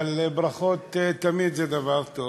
אבל ברכות הן תמיד דבר טוב,